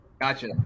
Gotcha